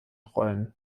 rollen